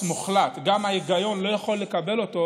מוחלט וגם ההיגיון לא יכול לקבל אותו,